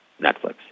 Netflix